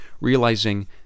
realizing